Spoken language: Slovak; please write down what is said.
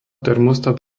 termostat